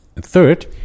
Third